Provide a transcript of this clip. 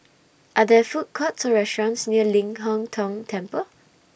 Are There Food Courts Or restaurants near Ling Hong Tong Temple